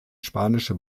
spanische